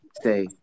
Stay